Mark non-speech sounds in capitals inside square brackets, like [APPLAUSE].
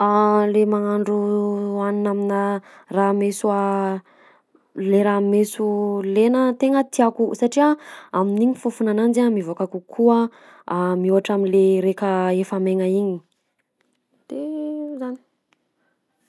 [HESITATION] Le magnandro hanina aminà raha meso [HESITATION] le raha meso lena tegna tiako satria amin'igny fofona ananjy a mivoaka kokoa [HESITATION] mihoatra am'le raika efa maigna igny, de zany.